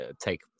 Take